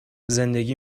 زندگی